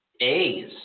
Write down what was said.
A's